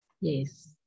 Yes